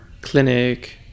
clinic